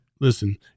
listen